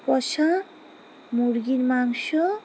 কষা মুরগির মাংস